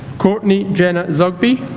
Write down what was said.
courtney jenna zoghby